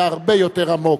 היה הרבה יותר עמוק.